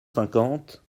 cinquante